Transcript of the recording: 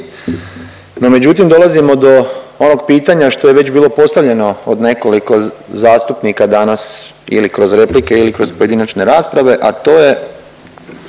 međutim dolazimo do onog pitanja što je već bilo postavljeno od nekoliko zastupnika danas ili kroz replike ili kroz pojedinačne rasprave, a to je